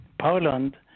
Poland